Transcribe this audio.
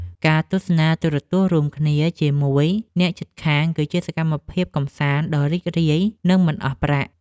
ការទស្សនាទូរទស្សន៍រួមគ្នាជាមួយអ្នកជិតខាង គឺជាសកម្មភាពកម្សាន្តដ៏រីករាយនិងមិនអស់ប្រាក់។